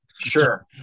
sure